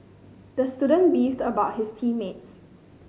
the student beefed about his team mates